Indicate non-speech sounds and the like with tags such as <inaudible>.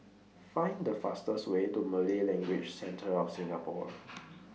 Find The fastest Way to Malay Language Centre of Singapore <noise>